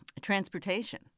transportation